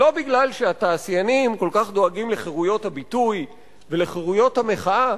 לא מכיוון שהתעשיינים כל כך דואגים לחירויות הביטוי ולחירויות המחאה,